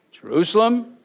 Jerusalem